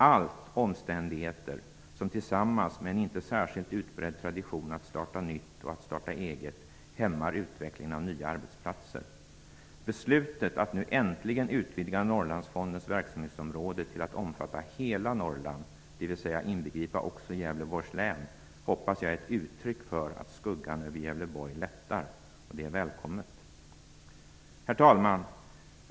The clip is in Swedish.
Allt detta är omständigheter som tillsammans med en inte särskilt utbredd tradition att starta nytt och att starta eget hämmar utvecklingen av nya arbetsplatser. Beslutet att nu äntligen utvidga Norrlandsfondens verksamhetsområde till att omfatta hela Norrland, dvs. inbegripa också Gävleborgs län, hoppas jag är ett uttryck för att skuggan över Gävleborg lättar. Det är välkommet! Herr talman!